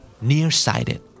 Nearsighted